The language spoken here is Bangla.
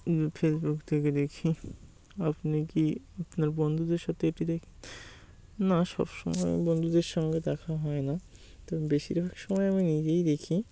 ফেসবুক থেকে দেখি আপনি কি আপনার বন্ধুদের সাথে এটি দেখেন না সবসময় বন্ধুদের সঙ্গে দেখা হয় না তো বেশিরভাগ সময় আমি নিজেই দেখি